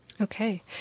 Okay